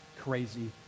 crazy